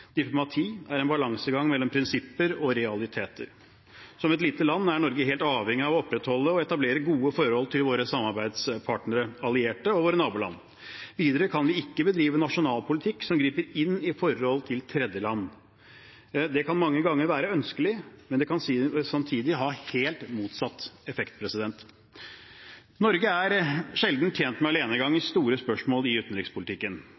Diplomati er en balansegang mellom prinsipper og realiteter. Som et lite land er Norge helt avhengig av å opprettholde og etablere gode forhold til våre samarbeidspartnere, allierte og våre naboland. Videre kan vi ikke bedrive nasjonal politikk som griper inn i forhold til tredjeland. Det kan mange ganger være ønskelig, men det kan samtidig ha helt motsatt effekt. Norge er sjelden tjent med alenegang i store spørsmål i utenrikspolitikken.